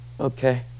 okay